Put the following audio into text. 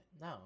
No